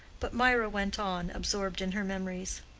but mirah went on, absorbed in her memories,